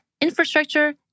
infrastructure